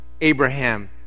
Abraham